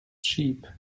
sheep